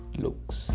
looks